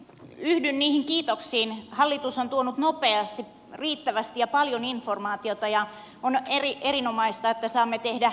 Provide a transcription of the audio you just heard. yhdyn näihin kiitoksiin hallitus on tuonut nopeasti riittävästi ja paljon informaatiota ja on erinomaista että saamme tehdä lisäkysymyksiä